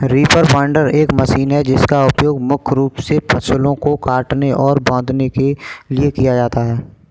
reaper binder एक machine है जिसका उपयोग मुख्य रूप से फसलों को काटने और बांधने के लिए किया जाता है